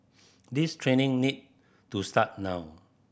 this training need to start now